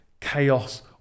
chaos